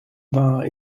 war